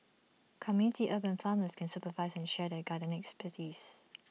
community urban farmers can supervise and share their gardening expertise